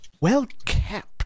well-kept